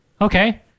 Okay